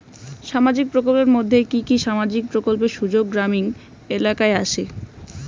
সামাজিক প্রকল্পের মধ্যে কি কি সামাজিক প্রকল্পের সুযোগ গ্রামীণ এলাকায় আসে?